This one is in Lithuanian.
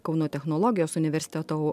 kauno technologijos universiteto